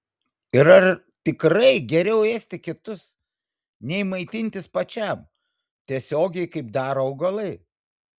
ir ar tikrai geriau ėsti kitus nei maitintis pačiam tiesiogiai kaip daro augalai